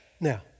Now